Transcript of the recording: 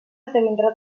esdevindrà